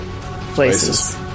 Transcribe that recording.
places